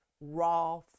raw